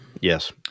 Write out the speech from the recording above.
Yes